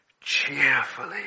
cheerfully